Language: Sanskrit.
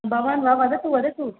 भवान् वा वदतु वदतु